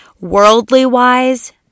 worldly-wise